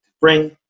bring